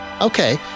Okay